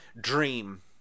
dream